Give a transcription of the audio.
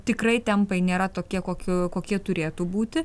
tikrai tempai nėra tokie kokių kokie turėtų būti